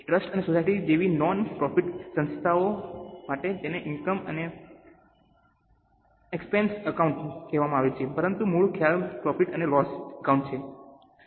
trust અને society જેવી non profit સંસ્થાઓ માટે તેને ઇનકમ અને એક્સપેન્સ એકાઉન્ટ કહેવામાં આવે છે પરંતુ મૂળ ખ્યાલ પ્રોફિટ અને લોસ એકાઉન્ટ છે